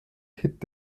hit